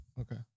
okay